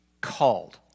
called